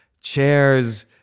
chairs